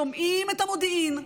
שומעים את המודיעין,